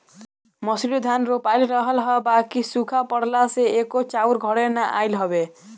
मंसूरी धान रोपाइल रहल ह बाकि सुखा पड़ला से एको चाउर घरे ना आइल हवे